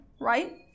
right